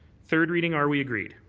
third reading, are we agreed.